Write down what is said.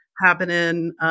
happening